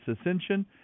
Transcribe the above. ascension